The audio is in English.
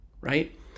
right